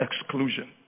exclusion